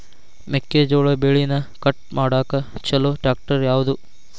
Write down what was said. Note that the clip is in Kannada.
ಮೆಕ್ಕೆ ಜೋಳ ಬೆಳಿನ ಕಟ್ ಮಾಡಾಕ್ ಛಲೋ ಟ್ರ್ಯಾಕ್ಟರ್ ಯಾವ್ದು?